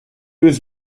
was